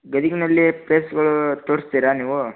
ಗದಿಗಿನಲ್ಲಿ ಪ್ಲೇಸ್ಗಳು ತೋರಿಸ್ತೀರ ನೀವು